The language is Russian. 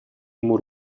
ему